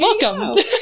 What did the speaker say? Welcome